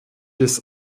des